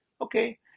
Okay